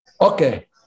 okay